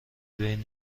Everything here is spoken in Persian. بین